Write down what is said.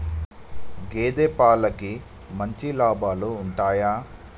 గేదే పాలకి మంచి లాభాలు ఉంటయా?